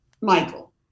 Michael